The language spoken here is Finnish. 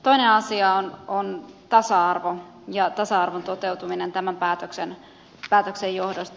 toinen asia on tasa arvo ja tasa arvon toteutuminen tämän päätöksen johdosta